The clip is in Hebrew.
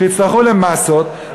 ויצטרכו מאסות,